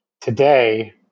today